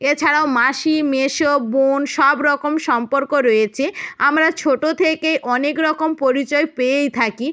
এছাড়াও মাসি মেসো বোন সব রকম সম্পর্ক রয়েছে আমরা ছোটো থেকে অনেক রকম পরিচয় পেয়েই থাকি